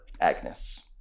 Agnes